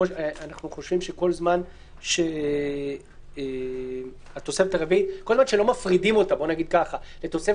אנחנו חושבים שכל עוד שלא מפרידים את התוספת